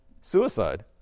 suicide